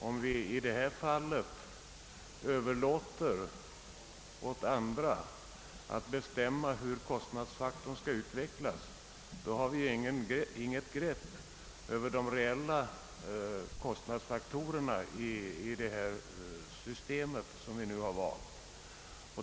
Om vi överlåter åt andra att bestämma hur kostnadsfaktorn skall utvecklas, har vi inget grepp på de reella kostnadsfaktorerna i det system som vi nu har valt.